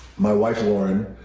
my wife, lauren,